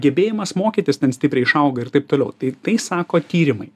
gebėjimas mokytis ten stipriai išauga ir taip toliau tai tai sako tyrimai